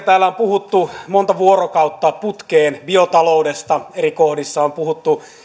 täällä on puhuttu monta vuorokautta putkeen biotaloudesta eri kohdissa on puhuttu